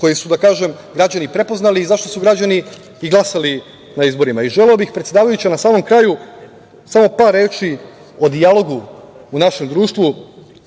koji su građani prepoznali i za šta su građani i glasali na izborima. Želeo bih, predsedavajuća, na samom kraju, samo par reči o dijalogu u našem društvu,